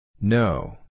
No